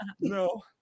No